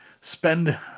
spend